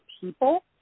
people